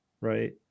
right